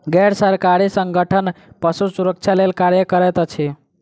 गैर सरकारी संगठन पशु सुरक्षा लेल कार्य करैत अछि